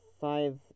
five